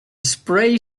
spray